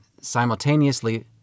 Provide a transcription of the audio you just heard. simultaneously